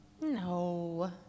No